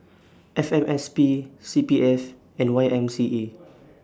F M S P C P F and Y M C A